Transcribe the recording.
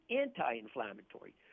anti-inflammatory